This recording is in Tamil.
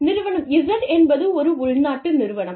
நிறுவனம் Z என்பது ஒரு உள்நாட்டு நிறுவனம்